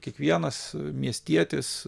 kiekvienas miestietis